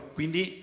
quindi